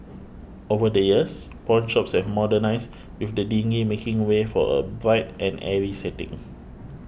over the years pawnshops have modernised with the dingy making way for a bright and airy setting